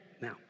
Now